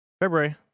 February